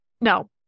No